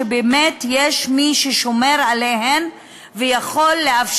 בשנה שעברה, בין ינואר